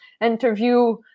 interview